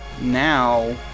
now